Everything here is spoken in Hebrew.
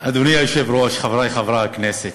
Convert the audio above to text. אדוני היושב-ראש, חברי חברי הכנסת,